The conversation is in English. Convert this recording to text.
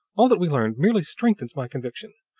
all that we learned merely strenthens my conviction.